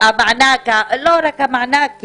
לא רק המענק.